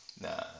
nah